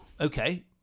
okay